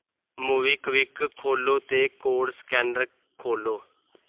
MobiKwik खो'ल्लो ते code scanner खो'ल्लो